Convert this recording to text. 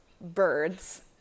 birds